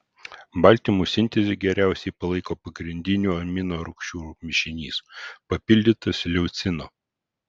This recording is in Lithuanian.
baltymų sintezę geriausiai palaiko pagrindinių aminorūgščių mišinys papildytas leucinu